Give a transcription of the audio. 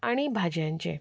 आनी भाजयांचें